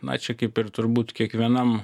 na čia kaip ir turbūt kiekvienam